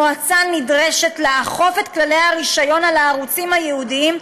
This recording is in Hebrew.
המועצה נדרשת לאכוף את כללי הרישיון על הערוצים הייעודיים,